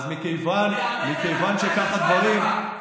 אז מכיוון שכך הדברים,